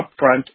upfront